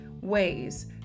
ways